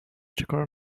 چیکار